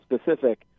specific